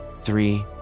three